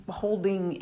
holding